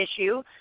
issue